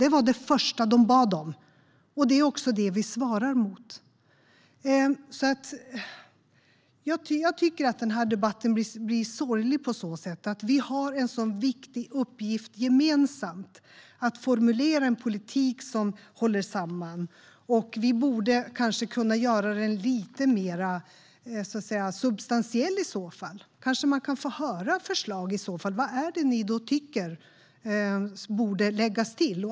Det var det första Frankrike bad om, och det är också det vi svarar mot. Jag tycker därför att den här debatten blir sorglig. Vi har en så viktig uppgift gemensamt, nämligen att formulera en politik som håller samman. Vi borde kanske kunna göra den lite mer substantiell i så fall. Kan man kanske få höra förslag? Vad är det ni tycker borde läggas till?